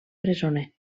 presoner